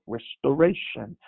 Restoration